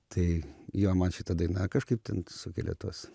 tai jo man šita daina kažkaip ten sukelia tuos